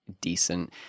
decent